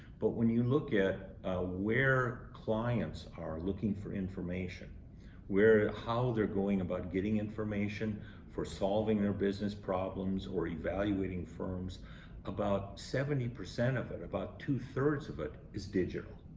but when you look at where clients are looking for information where how they're going about getting information for solving their business problems or evaluating firms about seventy percent of it, about two-thirds of it, is digital.